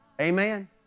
amen